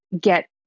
get